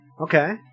Okay